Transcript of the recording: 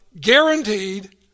guaranteed